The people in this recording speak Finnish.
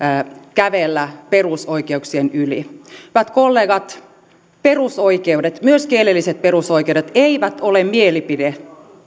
kävellä perusoikeuksien yli hyvät kollegat perusoikeudet myös kielelliset perusoikeudet eivät ole mielipide